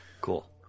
cool